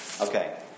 Okay